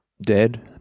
dead